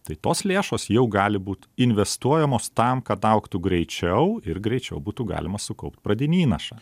tai tos lėšos jau gali būt investuojamos tam kad augtų greičiau ir greičiau būtų galima sukaupti pradinį įnašą